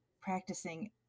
practicing